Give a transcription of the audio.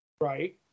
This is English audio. Right